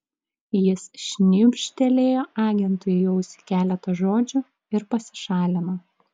jis šnibžtelėjo agentui į ausį keletą žodžių ir pasišalino